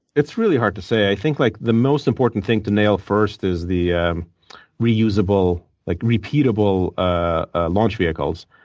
it's really hard to say. i think like the most important thing to nail first is the repeatable like repeatable ah ah launch vehicles.